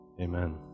Amen